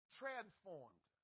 transformed